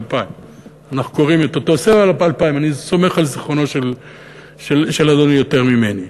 2,000. אני סומך על זיכרונו של אדוני יותר מעל שלי.